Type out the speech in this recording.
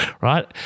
right